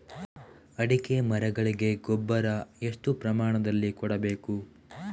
ಅಡಿಕೆ ಮರಗಳಿಗೆ ಗೊಬ್ಬರ ಎಷ್ಟು ಪ್ರಮಾಣದಲ್ಲಿ ಕೊಡಬೇಕು?